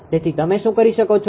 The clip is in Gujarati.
તેથી તમે શું કરી શકો છો